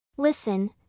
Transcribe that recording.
Listen